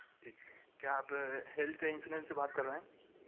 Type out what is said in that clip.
جی کیا آپ health insurance سے بات کر رہے ہیں